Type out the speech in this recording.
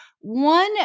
One